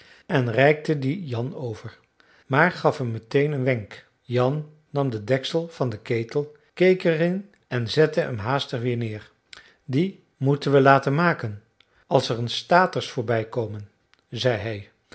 en reikte dien jan over maar gaf hem meteen een wenk jan nam den deksel van den ketel keek er in en zette hem haastig weer neer dien moeten we laten maken als er eens taters voorbij komen zei hij